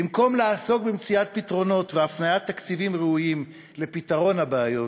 במקום לעסוק במציאת פתרונות והפניית תקציבים ראויים לפתרון הבעיות,